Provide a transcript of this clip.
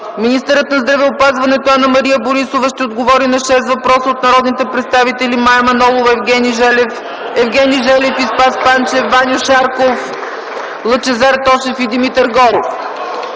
Министърът на здравеопазването Анна-Мария Борисова ще отговори на шест въпроса от народните представители Мая Манолова, Евгений Желев, Спас Панчев, Ваньо Шарков, Лъчезар Тошев и Димитър Горов.